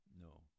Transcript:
No